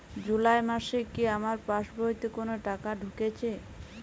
জুলাই মাসে কি আমার পাসবইতে কোনো টাকা ঢুকেছে?